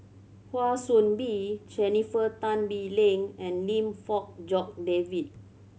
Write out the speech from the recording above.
Kwa Soon Bee Jennifer Tan Bee Leng and Lim Fong Jock David